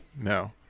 No